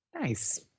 nice